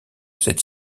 cette